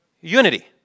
unity